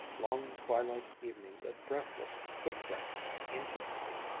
long twilight evenings of breathless, quick-ripening intimacy.